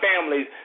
families